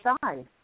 side